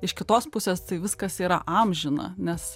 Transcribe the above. iš kitos pusės tai viskas yra amžina nes